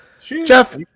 jeff